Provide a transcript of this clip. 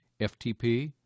FTP